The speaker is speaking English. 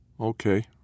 Okay